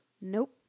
Nope